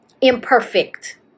imperfect